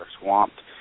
swamped